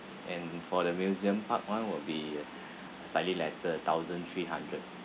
and for the museum part [one] will be slightly lesser thousand three hundred